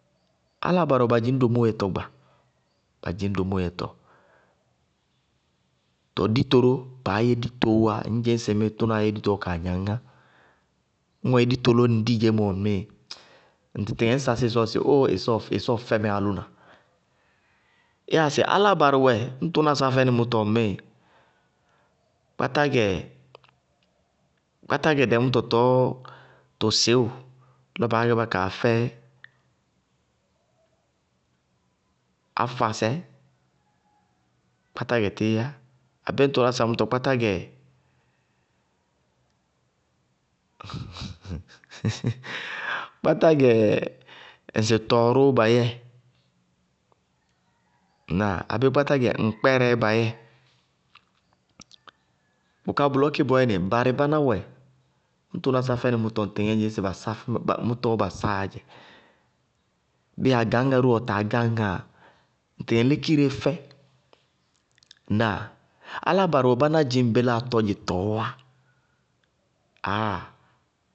Áláa barɩ wɛ, ba dzɩñ domóo yɛtɔ gba, ba dzɩñ domóo yɛtɔ. Tɔɔ dito ró, baá yɛ ditoó wá ŋñ dzɩñ sɩ tʋnaá yɛ dito ɔ kaa gnaŋ ñŋá. Ñ ɔ yɛ dito lɔ ŋ dí dzémɔ ŋmíɩ, ŋ tɩtɩŋɛ ŋñ sasí ɩsɔɔ sɩ óoo ɩsɔɔ fɛmɛ álʋna. Áláa barɩ wɛ ñŋ tʋna sá fɛnɩ mʋtɔ ŋmíɩ, kpátá gɛ dɛ mʋtɔ tɔɔ tʋ sɩwʋ lɔ baá gɛ bá kaa fɛ áfa sɛ, kpátá gɛ tíi. Abéé ñŋ tʋna sá mʋtɔ, kpátá gɛ ŋsɩ tɔʋrʋʋ ba yɛɛ. Ŋnáa? Abéé kpátá gɛ ŋkpɛrɛɛ ba yɛɛ. Bʋká bʋlɔ kéé bɔɔyɛnɩ, barɩ báná wɛ ñŋ ba sá fɛnɩ mʋtɔ, ŋñ dzɩñ sɩ ba sáf mʋtɔɔ ba sáa dzɛ. Bíɩ agañŋá róó ɔ taa gáŋñŋáa, ŋ tɩtɩŋɛ ŋ lékireé fɛ. Ŋnáa? Áláa barɩ wɛ báná dzɩñ ŋbéláa tɔdzɩtɔɔwá. Áaaa.